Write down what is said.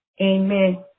amen